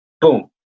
boom